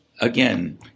Again